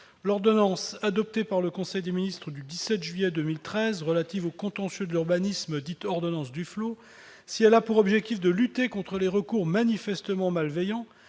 L'ordonnance, adoptée par le conseil des ministres du 17 juillet 2013, relative au contentieux de l'urbanisme, dite « ordonnance Duflot », si elle a pour objectif de lutter contre les recours manifestement malveillants,